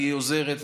היא עוזרת,